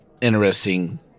interesting